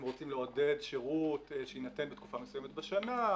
אם רוצים לעודד שירות שיינתן בתקופה מסוימת בשנה,